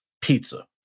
Pizza